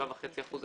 7.5 אחוזים,